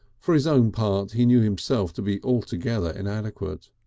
for his own part he knew himself to be altogether inadequate.